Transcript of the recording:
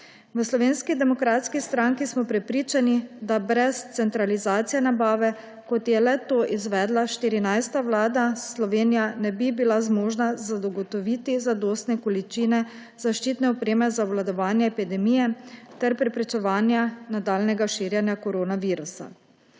težave pri dobavah. V SDS smo prepričani, da brez centralizacije nabave, kot jo je izvedla 14. vlada, Slovenija ne bi bila zmožna zagotoviti zadostne količine zaščitne opreme za obvladovanje epidemije ter preprečevanje nadaljnjega širjenja koronavirusa.